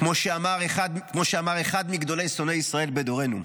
כמו שאמר אחד משונאי ישראל בדורנו: